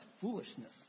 foolishness